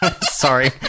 sorry